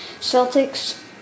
Celtics